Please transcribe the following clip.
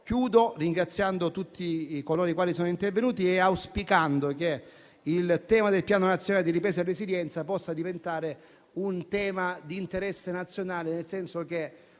Concludo ringraziando tutti coloro i quali sono intervenuti e auspicando che il tema del Piano nazionale di ripresa e resilienza possa diventare un tema di interesse nazionale, nel senso che